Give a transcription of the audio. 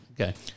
Okay